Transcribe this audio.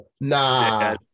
Nah